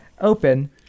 open